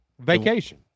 Vacation